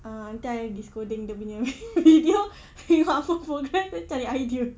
ah nanti I pergi intai dia punya video tengok apa progress cari idea